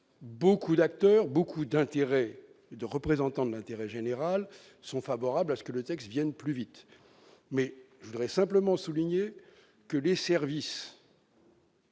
beaucoup d'acteurs, beaucoup d'intérêt, de représentants de l'intérêt général, sont favorables à ce que le texte Vienne plus vite mais je voudrais simplement souligner que les services.